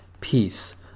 peace